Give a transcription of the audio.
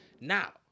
Now